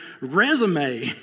resume